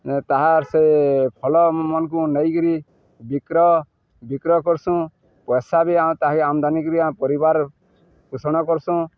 ତାହାର୍ ସେ ଫଳ ମାନକୁ ନେଇକିରି ବିକ୍ରୟ ବିକ୍ରୟ କରସୁଁ ପଇସା ବି ଆମ ତାହି ଆମଦାନୀକିରି ଆମ ପରିବାର ପୋଷଣ କରସୁଁ